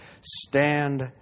Stand